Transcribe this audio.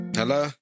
hello